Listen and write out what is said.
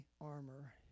armor